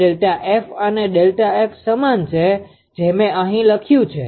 Δf અને ΔF સમાન છે જે મે અહી લખ્યું છે